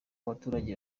abaturage